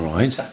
Right